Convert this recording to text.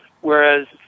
whereas